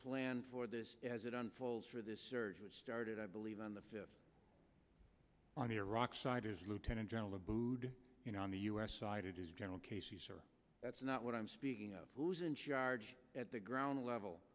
plan for this as it unfolds for this surge which started i believe on the fifth on the iraq side is lieutenant general abboud you know on the u s side it is general casey sir that's not what i'm speaking of who's in charge at the ground level